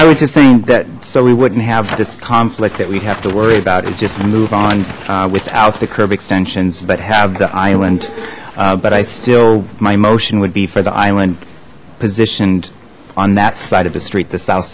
i was just saying that so we wouldn't have this conflict that we have to worry about is just move on without the curve extensions but have the island but i still my motion would be for the island positioned on that side of the street the south